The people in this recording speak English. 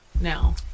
now